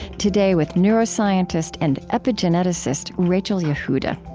today, with neuroscientist and epigeneticist rachel yehuda.